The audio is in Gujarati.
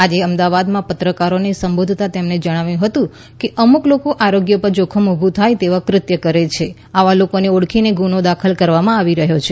આજે અમદાવાદમા પત્રકારોને સંબોધતા તેમણે જણાવ્યુ હતું કે અમુક લોકો આરોગ્ય પર જોખમ ઉભુ થાય તેવા કૃત્ય કરે છે આવા લોકોને ઓળખીને ગુનો દાખલ કરવામાં આવી રહ્યો છે